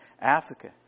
Africa